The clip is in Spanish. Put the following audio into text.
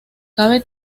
cabe